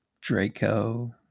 Draco